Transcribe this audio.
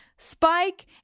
Spike